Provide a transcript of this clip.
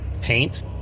paint